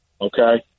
Okay